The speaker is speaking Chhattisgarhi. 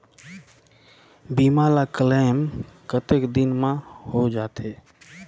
बीमा ला क्लेम कतेक दिन मां हों जाथे?